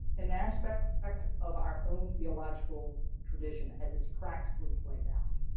an aspect of our own theological tradition as it's practically played out.